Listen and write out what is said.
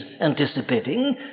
anticipating